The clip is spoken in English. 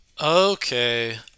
Okay